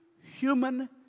human